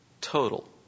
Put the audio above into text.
total